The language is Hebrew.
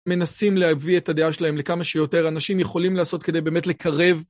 מנסים להביא את הדעה שלהם לכמה שיותר אנשים יכולים לעשות כדי באמת לקרב.